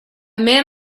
man